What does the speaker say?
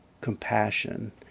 compassion